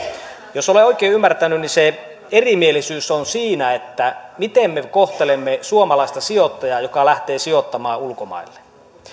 jos olen oikein ymmärtänyt niin se erimielisyys on siinä miten me kohtelemme suomalaista sijoittajaa joka lähtee sijoittamaan ulkomaille